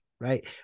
right